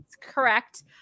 correct